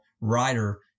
writer